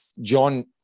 John